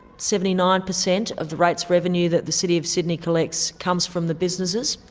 seventy nine percent of the rates revenue that the city of sydney collects comes from the businesses.